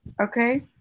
okay